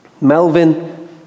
Melvin